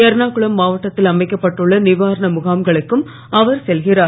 எர்ணாகுளம் மாவட்டத்தில் அமைக்கப்பட்டுள்ள நிவாரண முகாம்களுக்கும் அவர் செல்கிறார்